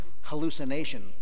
hallucination